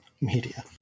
media